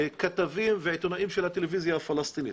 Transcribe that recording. כתבים ועיתונאים של הטלוויזיה הפלסטינית,